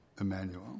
Emmanuel